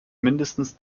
mindestens